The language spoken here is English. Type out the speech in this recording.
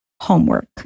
homework